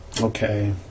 okay